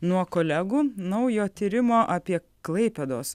nuo kolegų naujo tyrimo apie klaipėdos